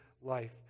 Life